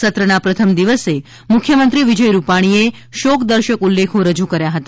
સત્રના પ્રથમ દિવસે મુખ્યમંત્રી વિજય રૂપાણીએ શોક દર્શક ઉલ્લેખો રજૂ કર્યા હતા